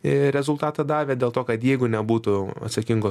ir rezultatą davė dėl to kad jeigu nebūtų atsakingo